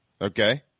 Okay